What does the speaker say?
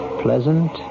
pleasant